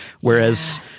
Whereas